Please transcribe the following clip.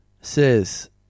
says